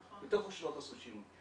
יותר טוב שלא תעשו שינוי.